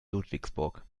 ludwigsburg